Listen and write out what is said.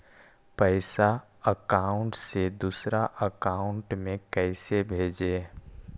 पैसा अकाउंट से दूसरा अकाउंट में कैसे भेजे?